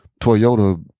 Toyota